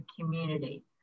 community